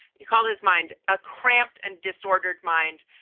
you call his mind a cramped and disordered mind,